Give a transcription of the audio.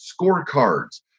scorecards